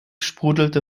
sprudelte